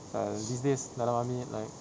err these days like